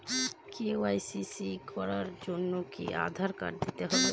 KYC করার জন্য কি আধার কার্ড দিতেই হবে?